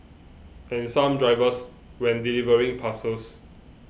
and some drivers when delivering parcels